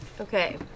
Okay